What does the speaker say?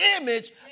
image